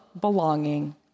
belonging